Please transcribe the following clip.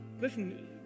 Listen